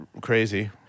crazy